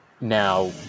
Now